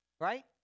right